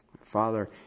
Father